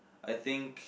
I think